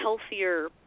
healthier